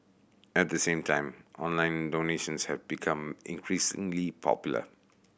at the same time online donations have become increasingly popular